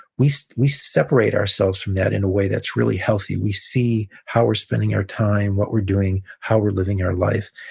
we we separate ourselves from that in a way that's really healthy. we see how we're spending our time, what we're doing, how we're living our life.